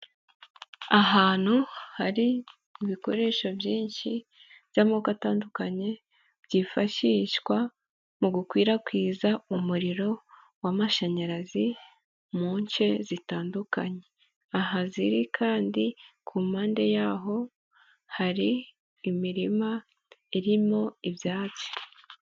Ahantu hari ibikoresho byinshi by'amoko atandukanye, byifashishwa mu gukwirakwiza umuriro w'amashanyarazi, mu nce zitandukanye aha ziri kandi ku mpande yaho hari imirima irimo ibyatsi.